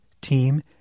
team